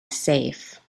safe